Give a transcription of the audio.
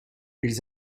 ils